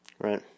Right